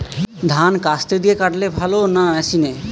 ধান কাস্তে দিয়ে কাটলে ভালো না মেশিনে?